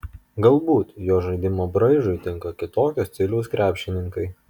galbūt jo žaidimo braižui tinka kitokio stiliaus krepšininkai